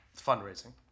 fundraising